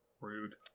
Rude